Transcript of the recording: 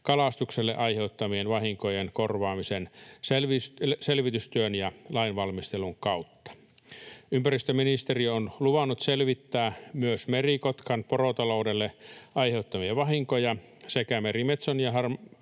kalastukselle aiheuttamien vahinkojen korvaamiseen selvitystyön ja lainvalmistelun kautta. Ympäristöministeriö on luvannut selvittää myös merikotkan porotaloudelle aiheuttamia vahinkoja sekä merimetson